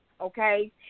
okay